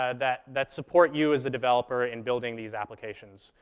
ah that that support you as a developer in building these applications.